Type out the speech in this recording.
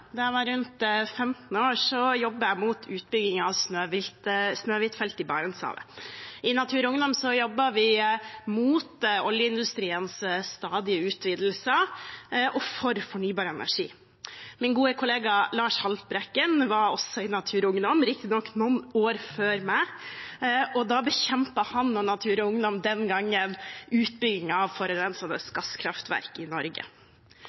var rundt 15 år, jobbet jeg mot utbyggingen av Snøhvit-feltet i Barentshavet. I Natur og Ungdom jobbet vi mot oljeindustriens stadige utvidelser og for fornybar energi. Min gode kollega Lars Haltbrekken var også i Natur og Ungdom, riktig nok noen år før meg, og han og Natur og Ungdom kjempet den gangen mot utbyggingen av forurensende gasskraftverk i Norge.